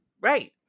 Right